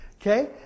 Okay